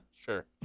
sure